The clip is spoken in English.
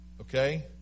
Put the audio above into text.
Okay